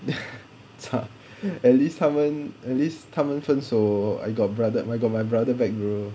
at least 他们 at least 他们分手 I got brother I got my brother back bro